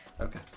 Okay